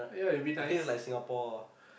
I think is like Singapore ah